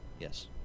Yes